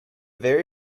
very